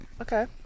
okay